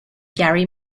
gary